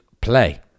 play